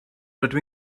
rydw